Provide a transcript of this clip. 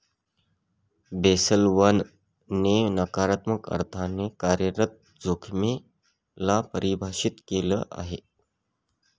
Basel one ने नकारात्मक अर्थाने कार्यरत जोखिमे ला परिभाषित केलं आहे